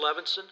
Levinson